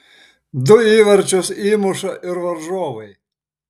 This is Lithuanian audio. du įvarčius įmuša ir varžovai